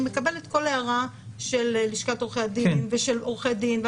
מקבלת את כל הערה של לשכת עורכי הדין ושל עורכי דין.